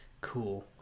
cool